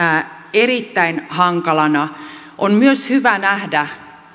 erittäin hankalana on myös hyvä nähdä